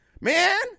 Man